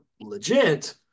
legit